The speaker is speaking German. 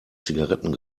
zigaretten